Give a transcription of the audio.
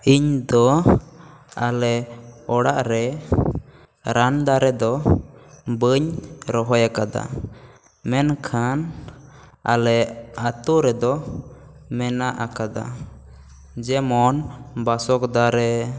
ᱤᱧ ᱫᱚ ᱟᱞᱮ ᱚᱲᱟᱜ ᱨᱮ ᱨᱟᱱ ᱫᱟᱨᱮ ᱫᱚ ᱵᱟᱹᱧ ᱨᱚᱦᱚᱭ ᱟᱠᱟᱫᱟ ᱢᱮᱱᱠᱷᱟᱱ ᱟᱞᱮ ᱟᱛᱳ ᱨᱮᱫᱚ ᱢᱮᱱᱟᱜ ᱟᱠᱟᱫᱟ ᱡᱮᱢᱚᱱ ᱵᱟᱥᱚᱠ ᱫᱟᱨᱮ